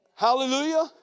Hallelujah